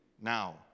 now